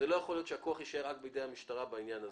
לא יכול להיות שהכוח יישאר רק בידי המשטרה בעניין הזה.